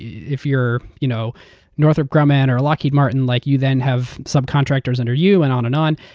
if you're you know northrop grumman or lockheed martin, like you then have subcontractors under you and on and on.